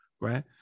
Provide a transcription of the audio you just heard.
right